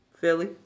Philly